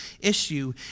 issue